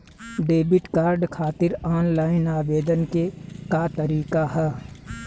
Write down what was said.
Debit card खातिर online आवेदन के का तरीकि ह?